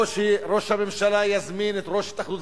או שראש הממשלה יזמין את יושב-ראש התאחדות